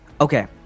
Okay